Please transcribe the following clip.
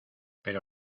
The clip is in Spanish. pero